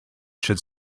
should